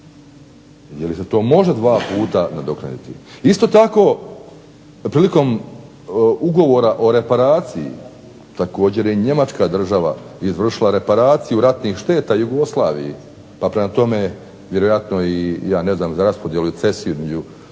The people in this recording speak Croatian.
Jeli se to može dva puta nadoknaditi? Isto tako prilikom ugovora o reparaciji također je Njemačka država izvršila reparaciju ratnih šteta Jugoslaviji pa prema tome vjerojatno ja ne znam za raspodjelu ...